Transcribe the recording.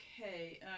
Okay